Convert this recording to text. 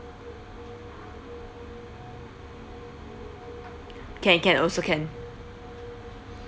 can can also can